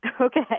Okay